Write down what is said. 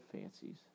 fancies